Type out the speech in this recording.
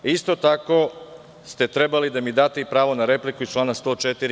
Isto tako ste trebali da mi date i pravo na repliku iz člana 104.